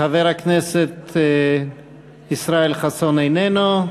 חבר הכנסת ישראל חסון, איננו.